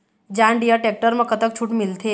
John Deere tractor म कतक छूट मिलथे?